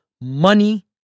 money